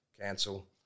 cancel